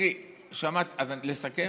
אז לסכם?